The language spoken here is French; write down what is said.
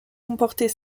comporter